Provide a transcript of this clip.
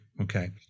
okay